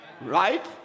right